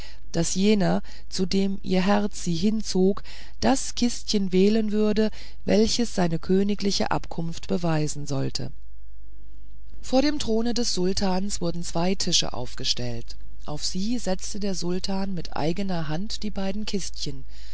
daß jener zu dem ihr herz sie hinzog das kistchen wählen würde welches seine königliche abkunft beweisen sollte vor dem throne des sultans wurden zwei tische aufgestellt auf sie setzte der sultan mit eigener hand die beiden kistchen